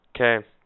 Okay